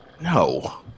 No